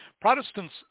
Protestants